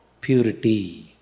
purity